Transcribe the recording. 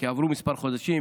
כי עברו כמה חודשים,